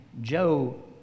Joe